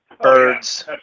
birds